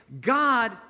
God